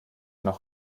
noch